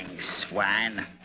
swine